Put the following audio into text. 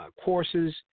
courses